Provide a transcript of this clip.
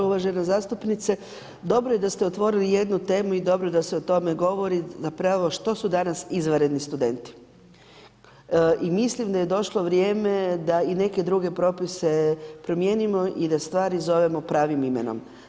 Uvažena zastupnice, dobro je da ste otvorili jednu temu i dobro da se o tome govori, zapravo što su danas izvanredni studenti i mislim da je došlo vrijeme da i neke druge propise promijenimo i da stvari zovemo pravim imenom.